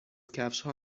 کفشها